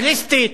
פטרנליסטית,